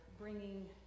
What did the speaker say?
bringing